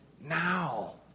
now